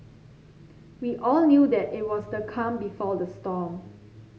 we all knew that it was the calm before the storm